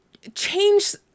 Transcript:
change